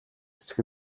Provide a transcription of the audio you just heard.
эсэх